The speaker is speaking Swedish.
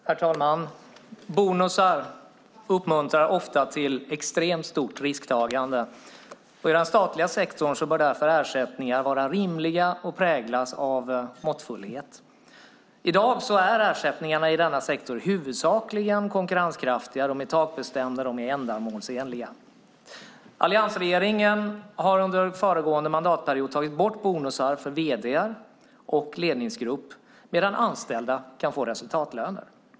Herr talman! Bonusar uppmuntrar ofta till extremt stort risktagande. I den statliga sektorn bör därför ersättningar vara rimliga och präglas av måttfullhet. I dag är ersättningarna i denna sektor huvudsakligen konkurrenskraftiga. De är takbestämda och ändamålsenliga. Alliansregeringen har under föregående mandatperiod tagit bort bonusar för vd:ar och ledningsgrupp medan anställda kan få resultatlöner.